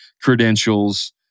credentials